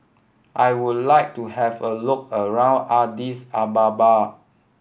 I would like to have a look around Addis Ababa